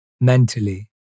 mentally